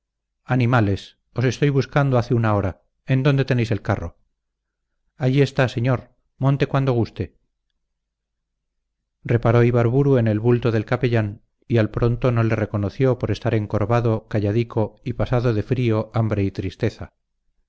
animales os estoy buscando hace una hora en dónde tenéis el carro allí está señor monte cuando guste reparó ibarburu en el bulto del capellán y al pronto no le reconoció por estar encorvado calladico y pasado de frío hambre y tristeza